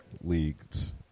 leagues